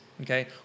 okay